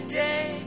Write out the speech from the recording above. day